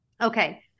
okay